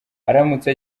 aramutse